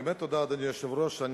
באמת תודה, אדוני היושב-ראש.